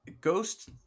Ghost